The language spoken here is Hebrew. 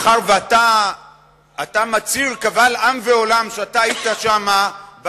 מאחר שאתה מצהיר קבל עם ועולם שהיית שם,